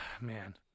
man